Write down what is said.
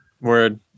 Word